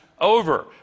over